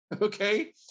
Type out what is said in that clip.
Okay